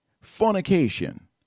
fornication